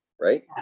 right